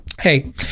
Hey